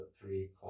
three